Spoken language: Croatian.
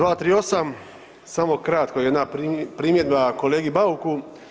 238. samo kratko jedna primjedba kolegi Bauku.